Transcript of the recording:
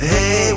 Hey